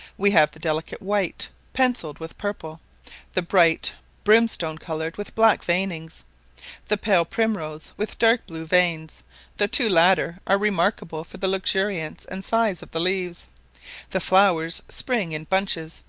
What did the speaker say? we have the delicate white, pencilled with purple the bright brimstone coloured with black veinings the pale primrose with dark blue veins the two latter are remarkable for the luxuriance and size of the leaves the flowers spring in bunches,